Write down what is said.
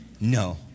No